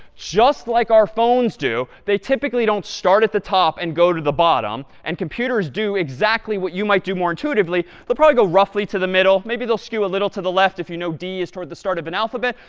just like our phones do, they typically don't start at the top and go to the bottom. bottom. and computers do exactly what you might do more intuitively. they'll probably go roughly to the middle. maybe they'll skew a little to the left, if you know d is toward the start of an alphabet.